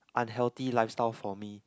unhealthy lifestyle for me